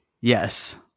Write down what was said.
Yes